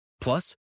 Plus